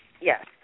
Yes